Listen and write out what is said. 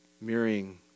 Mirroring